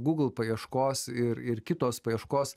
google paieškos ir ir kitos paieškos